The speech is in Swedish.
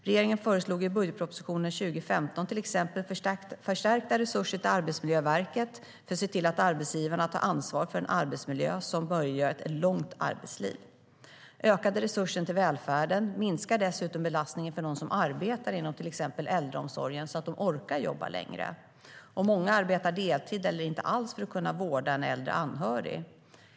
Regeringen föreslog i budgetpropositionen 2015 till exempel förstärkta resurser till Arbetsmiljöverket för att se till att arbetsgivarna tar ansvar för en arbetsmiljö som möjliggör ett långt arbetsliv. Ökade resurser till välfärden minskar dessutom belastningen för dem som arbetar inom till exempel äldreomsorgen, så att de orkar jobba längre. Många arbetar deltid eller inte alls för att kunna vårda en äldre anhörig.